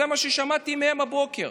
זה מה ששמעתי מהם הבוקר,